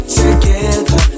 together